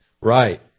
Right